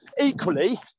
Equally